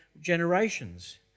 generations